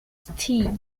ste